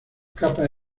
capas